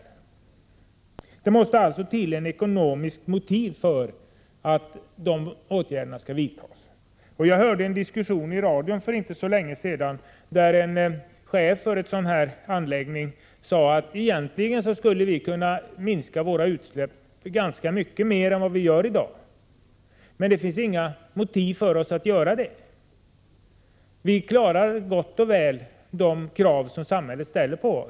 Företagen måste ha ett ekonomiskt motiv för att vidta ytterligare åtgärder. Jag hörde en diskussion i radion för inte så länge sedan. Chefen för en anläggning som släpper ut förorenande ämnen sade att företaget i fråga skulle kunna minska sina utsläpp ganska mycket mer än i dag men att det inte fanns något motiv för företaget att göra det. Företaget uppfyller nämligen de krav som samhället ställer på det.